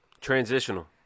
Transitional